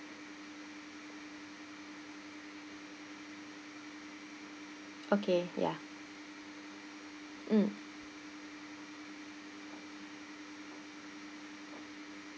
okay ya mm